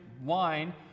wine